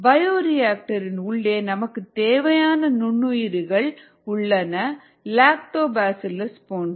bioreactor இன் உள்ளே நமக்குத் தேவையான நுண்ணுயிரிகள் உள்ளன லாக்டோபாசிலஸ் போன்று